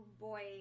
boy